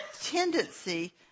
tendency